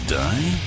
die